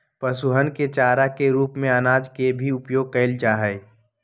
पशुअन के चारा के रूप में अनाज के भी उपयोग कइल जाहई